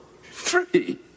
Three